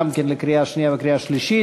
גם כן לקריאה שנייה ולקריאה שלישית.